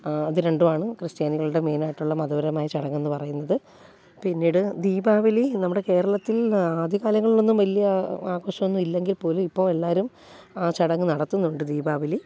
അത് രണ്ടുമാണ് ക്രിസ്ത്യാനികളുടെ മെനായിട്ടുള്ള മതപരമായ ചടങ്ങെന്ന് പറയുന്നത് പിന്നീട് ദീപാവലി നമ്മുടെ കേരളത്തിൽ ആദ്യ കാലങ്ങളിൽ ഒന്നും വലിയ ആഘോഷം ഒന്നും ഇല്ലെങ്കിൽപ്പോലും ഇപ്പോൾ എല്ലാവരും ആ ചടങ്ങ് നടത്തുന്നുണ്ട് ദീപാവലി